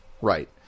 Right